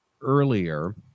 earlier